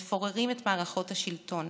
מפוררים את מערכות השלטון.